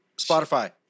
spotify